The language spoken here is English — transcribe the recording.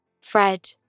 Fred